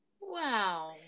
Wow